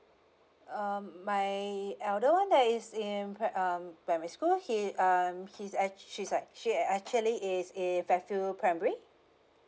um my elder [one] that is in pri~ um primary school he um he's actua~ she's right she actually is a west view primary